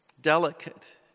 delicate